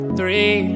three